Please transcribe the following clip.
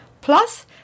Plus